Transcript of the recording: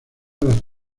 las